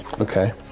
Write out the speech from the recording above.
Okay